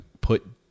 put